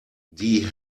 die